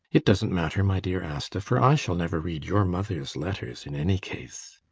it doesn't matter, my dear asta, for i shall never read your mother's letters in any case.